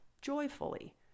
joyfully